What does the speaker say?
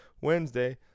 Wednesday